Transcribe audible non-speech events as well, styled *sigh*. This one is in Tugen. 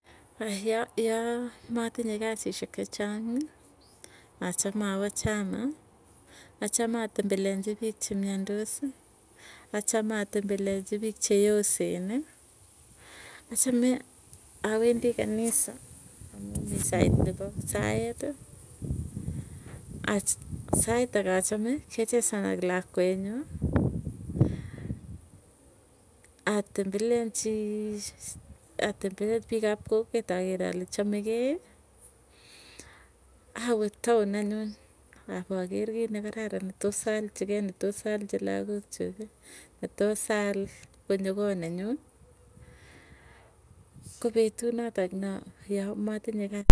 Yaa matinye kasisyek chechang'i achame awo chama, achame atembelleanchii piik cheimiandosi, achame atembeleanchi piik cheoseni. Achame awendi kanisa amuu *noise* mii sait nepo saeti, sait ake achame kechesan ak lakwenyuu. *noise* Atembeleanchi atembeleachi piik ap kokwet aker ale chamekei awee town anyuun apakerr kiit nekararan netos alchikei, netos alchi lagook chuu, netos al konyo koot nenyu kopetut notok na yamatinye ka.